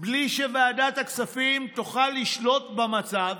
בלי שוועדת הכספים תוכל לשלט במצב,